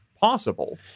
possible